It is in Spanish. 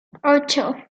ocho